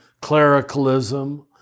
clericalism